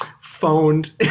phoned